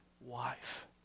wife